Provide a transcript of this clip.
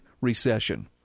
recession